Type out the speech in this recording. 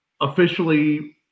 officially